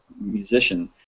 musician